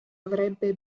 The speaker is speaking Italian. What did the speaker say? avrebbe